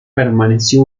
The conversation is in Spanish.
permaneció